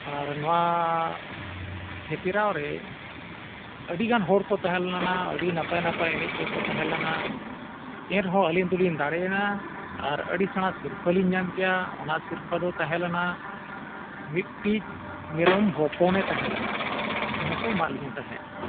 ᱟᱨ ᱱᱚᱣᱟ ᱦᱮᱯᱮᱨᱟᱣ ᱨᱮ ᱟᱹᱰᱤᱜᱟᱱ ᱦᱚᱲᱠᱚ ᱛᱟᱦᱮᱸ ᱞᱮᱱᱟ ᱟᱹᱰᱤ ᱱᱟᱯᱟᱭ ᱱᱟᱯᱟᱭ ᱮᱱᱮᱡ ᱠᱚᱠᱚ ᱛᱟᱦᱮᱸ ᱞᱮᱱᱟ ᱮᱱᱨᱮᱦᱚᱸ ᱟᱹᱞᱤᱧ ᱫᱚᱞᱤᱧ ᱫᱟᱲᱮᱭᱮᱱᱟ ᱟᱨ ᱟᱹᱰᱤ ᱥᱮᱬᱟ ᱥᱤᱨᱯᱷᱟᱹᱞᱤᱧ ᱧᱟᱢ ᱠᱮᱜᱼᱟ ᱚᱱᱟ ᱥᱤᱨᱯᱟᱹ ᱫᱚ ᱛᱟᱦᱮᱸ ᱞᱮᱱᱟ ᱢᱤᱫᱴᱤᱡ ᱢᱮᱨᱚᱢ ᱦᱚᱯᱚᱱᱮ ᱛᱟᱦᱮᱸ ᱞᱮᱱᱟ ᱚᱱᱟᱠᱚ ᱮᱢᱟᱫ ᱞᱤᱧ ᱛᱟᱦᱮᱸᱜ